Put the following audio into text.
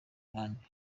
ruhande